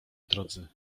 drodzy